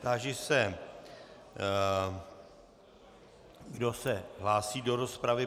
Táži se, kdo se hlásí do rozpravy.